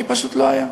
כי פשוט לא היה,